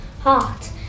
hot